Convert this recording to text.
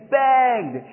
begged